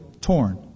torn